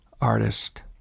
artist